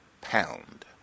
pound